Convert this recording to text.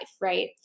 right